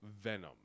venom